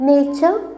Nature